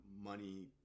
money